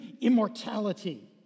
immortality